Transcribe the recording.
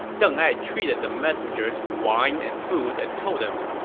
deng ai treated the messenger to wine and food and told him,